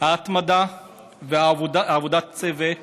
שההתמדה ועבודת הצוות